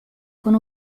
con